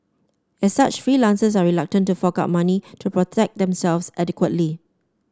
as such freelancers are reluctant to fork out money to protect themselves adequately